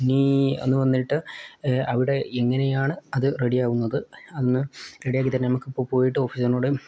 നീ ഒന്ന് വന്നിട്ട് അവിടെ എങ്ങനെയാണ് അത് റെഡിയാവുന്നത് അതൊന്ന് റെഡിയാക്കി തരണം നമുക്കിപ്പം പോയിട്ട് ഓഫീസർനോട്